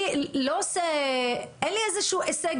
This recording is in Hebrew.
לי אין איזשהו הישג,